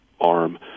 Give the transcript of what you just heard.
arm